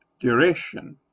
duration